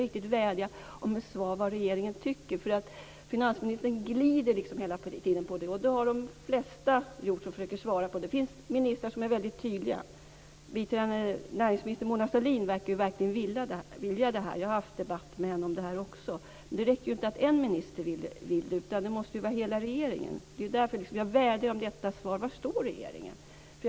Jag vädjar om ett svar på frågan om vad regeringen tycker. Finansministern glider hela tiden. Det har de flesta gjort som har försökt svara på frågan. Det finns väldigt tydliga ministrar. Biträdande näringsminister Mona Sahlin verkar vilja det här. Jag har haft debatt också med henne om det här, men det räcker ju inte att en minister vill. Det måste ju gälla hela regeringen. Därför vädjar jag om svaret på frågan var regeringen står.